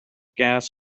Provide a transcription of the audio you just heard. gas